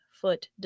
Foot